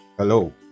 Hello